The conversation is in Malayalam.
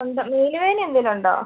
ഉണ്ടോ മേല് വേദന എന്തെങ്കിലും ഉണ്ടോ